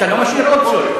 אתה לא משאיר אופציות.